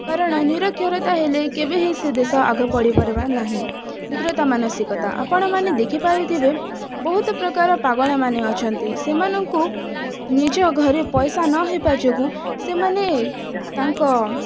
କାରଣ ନିରକ୍ଷରତା ହେଲେ କେବେ ହିଁ ସେ ଦେଶ ଆଗ ବଢ଼ିପାରିବ ନାହିଁ ବିକୃତ ମାନସିକତା ଆପଣମାନେ ଦେଖିପାରୁଥିବେ ବହୁତ ପ୍ରକାର ପାଗଳମାନେ ଅଛନ୍ତି ସେମାନଙ୍କୁ ନିଜ ଘରେ ପଇସା ନ ହେବା ଯୋଗୁଁ ସେମାନେ ତାଙ୍କ